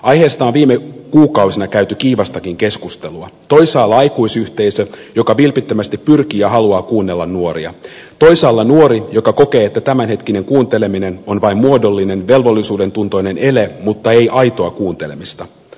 aiheesta on viime kuukausina käyty kiivastakin keskustelua toisaalla aikuisyhteisö joka vilpittömästi pyrkii ja haluaa kuunnella nuoria toisaalla nuori joka kokee että tämänhetkinen kuunteleminen on vain muodollinen velvollisuudentuntoinen ele mutta ei aitoa kuuntelemista